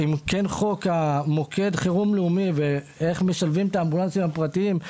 אם כן חוק מוקד חירום לאומי ואיך משלבים את האמבולנסים הפרטיים,